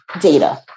data